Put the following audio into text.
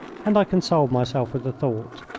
and i consoled myself with the thought.